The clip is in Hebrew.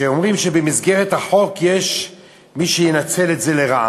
שאומרים שבמסגרת החוק יש מי שינצל את זה לרעה.